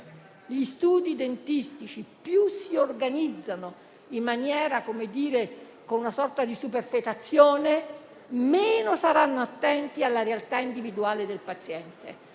Gli studi dentistici più si organizzano con una sorta di superfetazione meno saranno attenti alla realtà individuale del paziente.